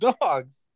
dogs